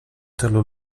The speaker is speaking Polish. tylu